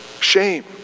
Shame